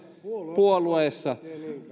puolueessa